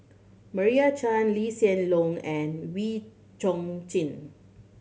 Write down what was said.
Meira Chand Lee Hsien Loong and Wee Chong Jin